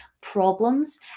problems